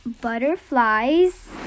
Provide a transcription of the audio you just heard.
butterflies